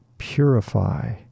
purify